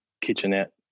kitchenette